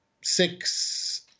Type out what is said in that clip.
six